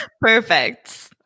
Perfect